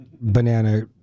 banana